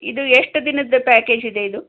ಇದು ಎಷ್ಟು ದಿನದ್ದು ಪ್ಯಾಕೇಜ್ ಇದೆ ಇದು